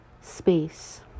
space